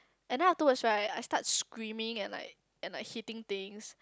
and then after what right I start screaming and like and like hitting things